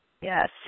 yes